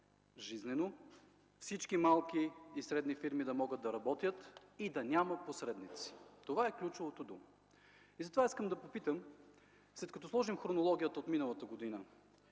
всички малки и средни фирми да могат да работят и да няма посредници. Това е ключовата дума. Затова искам да попитам: след като проследим хронологията от миналата година